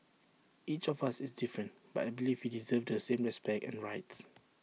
each of us is different but I believe we deserve the same respect and rights